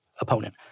opponent